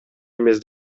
эмес